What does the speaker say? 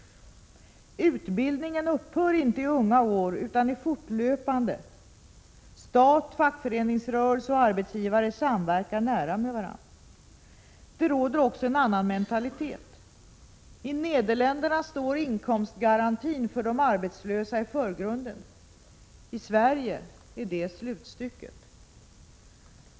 Utbildningen upphör inte i unga år utan är fortlöpande. Stat, fackföreningsrörelse och arbetsgivare samverkar nära med varandra. Det råder också en annan mentalitet. I Nederländerna står inkomstgarantin för de arbetslösa i förgrunden — i Sverige är det slutstycket.